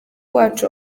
wacu